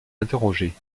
interroger